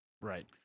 right